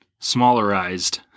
smallerized